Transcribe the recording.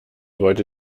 wollte